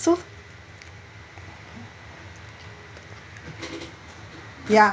so ya